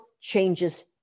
changes